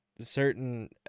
certain